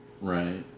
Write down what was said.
Right